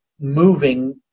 moving